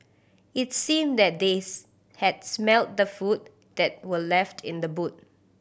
its seemed that this had smelt the food that were left in the boot